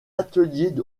atelier